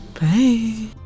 bye